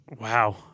Wow